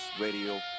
Radio